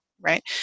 right